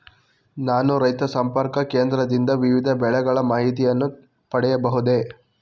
ನಾನು ರೈತ ಸಂಪರ್ಕ ಕೇಂದ್ರದಿಂದ ವಿವಿಧ ಬೆಳೆಗಳ ಮಾಹಿತಿಯನ್ನು ಪಡೆಯಬಹುದೇ?